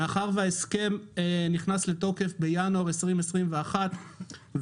מאחר וההסכם נכנס לתוקף בינואר 2021 והתקנות